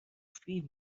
فیلم